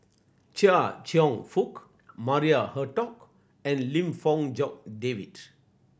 Chia Cheong Fook Maria Hertogh and Lim Fong Jock David